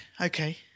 Okay